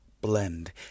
Blend